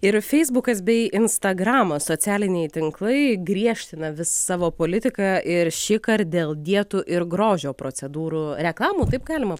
ir feisbukas bei instagramo socialiniai tinklai griežtina vis savo politiką ir šįkart dėl dietų ir grožio procedūrų reklamų taip galima